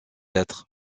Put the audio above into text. être